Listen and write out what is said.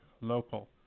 local